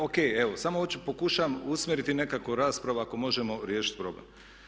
O.K. evo samo hoću, pokušavam usmjeriti nekako raspravu ako možemo riješiti problem.